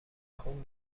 خون